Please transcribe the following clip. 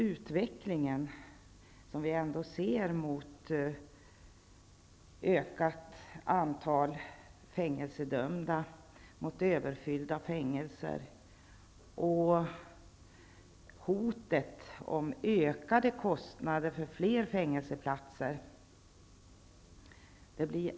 Utvecklingen går, som vi ser, ändå mot ett ökat antal fängelsedömda, överfyllda fängelser och hot om ökade kostnader för fler fängelseplatser.